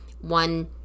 one